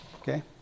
Okay